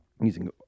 Using